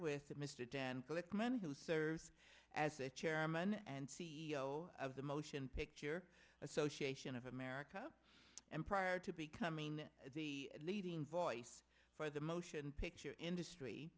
with mr dan glickman who serves as a chairman and c e o of the motion picture association of america and prior to becoming the leading voice for the motion picture industry